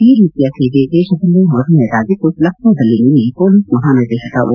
ಈ ರೀತಿಯ ಸೇವೆ ದೇಶದಲ್ಲಿ ಮೊದಲನೆಯದಾಗಿದ್ದು ಲಕ್ನೋದಲ್ಲಿ ನಿನ್ನೆ ಪೊಲೀಸ್ ಮಹಾನಿರ್ದೇಶಕ ಓ